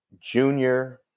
junior